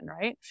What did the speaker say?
right